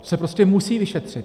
To se prostě musí vyšetřit.